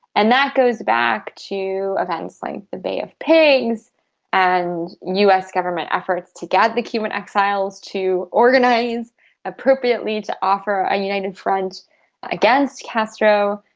and that goes back to events like the bay of pigs and us government efforts to get the cuban exiles to organise appropriately to offer a united front against castro.